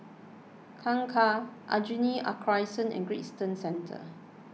Kangkar Aljunied a Crescent and Great Eastern Centre